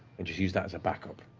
and just use that as a backup.